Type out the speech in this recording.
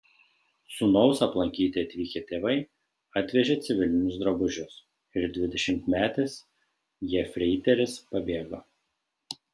sūnaus aplankyti atvykę tėvai atvežė civilinius drabužius ir dvidešimtmetis jefreiteris pabėgo